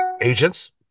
Agents